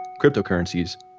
cryptocurrencies